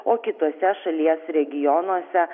o kituose šalies regionuose